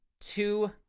two